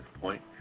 point